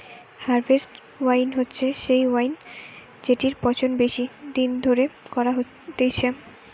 harvest wine হচ্ছে সেই wine জেটির পচন বেশি দিন ধরে করা হতিছে